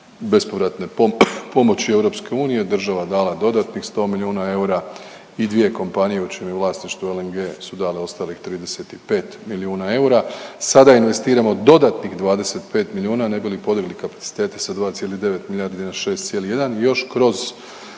bespovratne pomoći EU, država dala dodatnih 100 milijuna eura i dvije kompanije u čijem je vlasništvu LNG su dale ostalih 35 milijuna eura. Sada investiramo dodatnih 25 milijuna ne bi li podigli kapacitete sa 2,9 milijardi na 6,1 još kroz